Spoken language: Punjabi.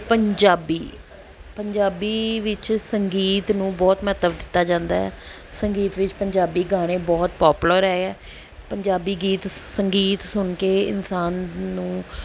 ਪੰਜਾਬੀ ਪੰਜਾਬੀ ਵਿੱਚ ਸੰਗੀਤ ਨੂੰ ਬਹੁਤ ਮਹੱਤਵ ਦਿੱਤਾ ਜਾਂਦਾ ਸੰਗੀਤ ਵਿੱਚ ਪੰਜਾਬੀ ਗਾਣੇ ਬਹੁਤ ਪੋਪੂਲਰ ਹੈ ਪੰਜਾਬੀ ਗੀਤ ਸੰਗੀਤ ਸੁਣ ਕੇ ਇਨਸਾਨ ਨੂੰ